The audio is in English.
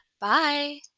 Bye